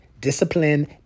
discipline